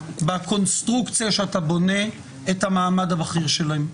בקונסטרוקציה שאתה בונה את המעמד הבכיר שלהם.